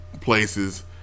places